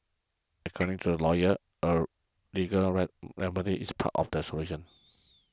according to the lawyers a legal red remedy is part of the solution